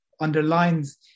underlines